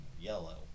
yellow